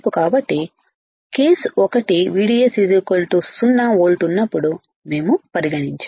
కాబట్టి కేసు ఒకటి VDS 0 volt ఉన్నప్పుడు మేము పరిగణించాము